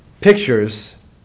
pictures